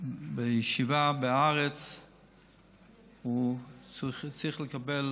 בישיבה בארץ צריך לקבל